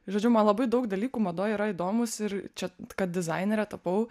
žodžiu man labai daug dalykų madoj yra įdomūs ir čia kad dizainere tapau